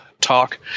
talk